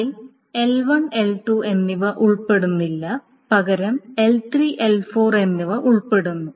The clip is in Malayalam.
അതിൽ L1 L2 എന്നിവ ഉൾപ്പെടുന്നില്ല പകരം L3 L4 എന്നിവ ഉൾപ്പെടുന്നു